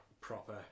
proper